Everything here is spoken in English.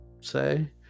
say